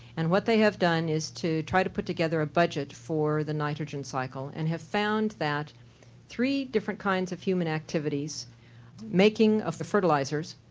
and what they have done is try to put together a budget for the nitrogen cycle and have found that three different kinds of human activities making of the fertilisers,